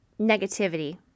negativity